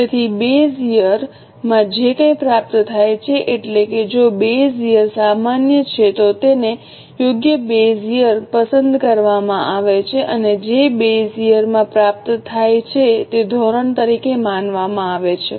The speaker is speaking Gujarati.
તેથી બેઝ યર માં જે કંઇ પ્રાપ્ત થાય છે એટલે કે જો બેઝ યર સામાન્ય છે તો તેને યોગ્ય બેઝ યર પસંદ કરવામાં આવે છે અને જે બેઝ યર માં પ્રાપ્ત થાય છે તે ધોરણ તરીકે માનવામાં આવે છે